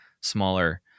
smaller